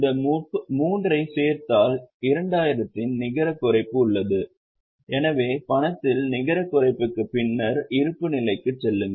இந்த 3 ஐச் சேர்த்தால் 2000 இன் நிகர குறைப்பு உள்ளது எனவே பணத்தில் நிகர குறைப்புக்கு பின்னர் இருப்புநிலைக்குச் செல்லுங்கள்